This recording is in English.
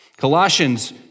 Colossians